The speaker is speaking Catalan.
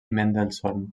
mendelssohn